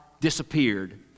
disappeared